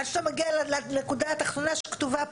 עד שאתה מגיע לנקודה התחתונה שכתובה פה,